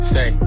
Say